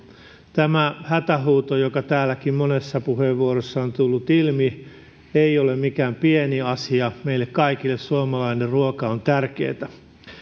tämä hätähuuto joka täälläkin monessa puheenvuorossa on tullut ilmi ei ole mikään pieni asia meille kaikille suomalainen ruoka on tärkeätä